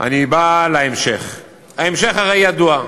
ההמשך הרי ידוע: